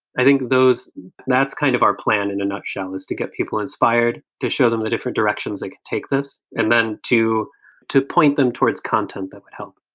i think those that's kind of our plan in a nutshell is to get people inspired, to show them the different directions they could take this. and then to to point them towards content that would help